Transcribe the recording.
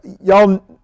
y'all